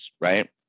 right